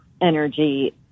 energy